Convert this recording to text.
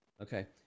Okay